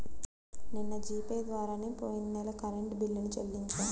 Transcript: నిన్న G Pay ద్వారానే పొయ్యిన నెల కరెంట్ బిల్లుని చెల్లించాను